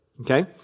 Okay